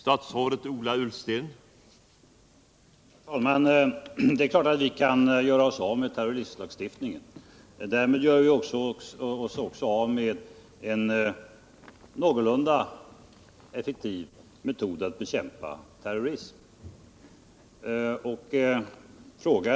Herr talman! Det är klart att vi kan göra oss av med terroristlagstiftningen, men därmed gör vi oss också av med en någorlunda effektiv metod att bekämpa terrorism.